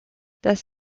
das